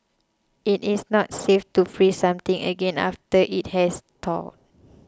it is not safe to freeze something again after it has thawed